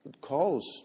calls